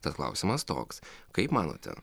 tad klausimas toks kaip manote